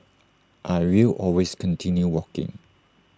I will always continue walking